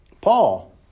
Paul